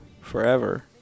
forever